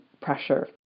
pressure